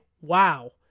Wow